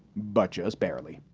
but just barely